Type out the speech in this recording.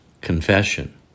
Confession